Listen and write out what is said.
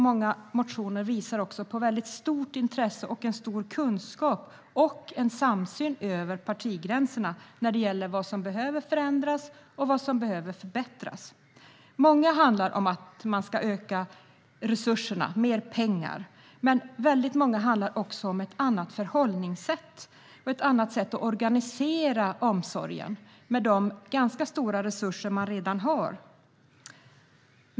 Många motioner visar på stort intresse, stor kunskap och samsyn över partigränserna när det gäller vad som behöver förändras och förbättras. Många motioner handlar om att man ska öka resurserna - mer pengar. Men många handlar också om ett annat förhållningssätt och ett annat sätt att organisera omsorgen med de ganska stora resurser den redan har.